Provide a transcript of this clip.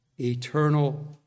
eternal